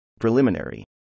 Preliminary